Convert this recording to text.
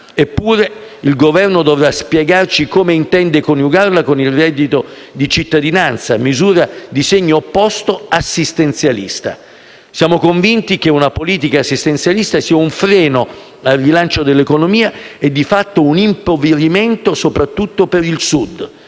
Eppure, il Governo dovrà spiegarci come intende coniugarla con il reddito di cittadinanza, misura di segno opposto, assistenzialista. Siamo convinti che una politica assistenzialista sia un freno al rilancio dell'economia e di fatto un impoverimento, soprattutto per il Sud.